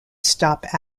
stop